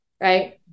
right